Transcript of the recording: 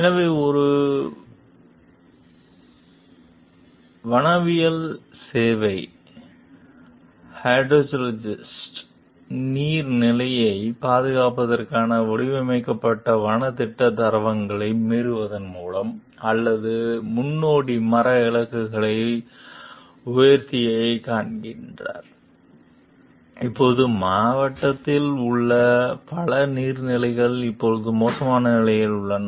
எனவே ஒரு வனவியல் சேவை ஹைட்ரோலஜிஸ்ட் நீர்நிலைகளைப் பாதுகாப்பதற்காக வடிவமைக்கப்பட்ட வனத் திட்டத் தரங்களை மீறுவதன் மூலம் அல்லது முன்னோடி மர இலக்குகளை உயர்த்தியதைக் காண்கிறார் இப்போது மாவட்டத்தில் உள்ள பல நீர்நிலைகள் இப்போது மோசமான நிலையில் உள்ளன